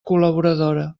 col·laboradora